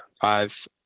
five